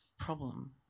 problem